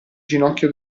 ginocchio